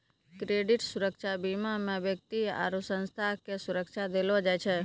credit सुरक्षा बीमा मे व्यक्ति आरु संस्था के सुरक्षा देलो जाय छै